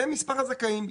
זה מספר הזכאים.